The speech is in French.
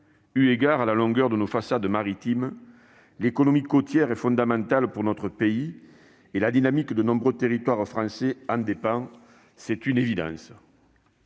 Eu égard à la longueur de nos façades maritimes, l'économie côtière est fondamentale pour notre pays et la dynamique de nombreux territoires français en dépend : c'est une évidence.